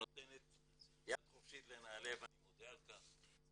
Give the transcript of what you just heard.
שנותנת יד חופשית לנעל"ה ואני מודה על כך,